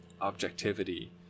objectivity